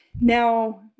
now